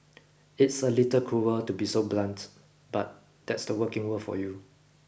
it's a little cruel to be so blunt but that's the working world for you